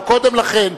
אבל קודם לכן,